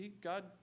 God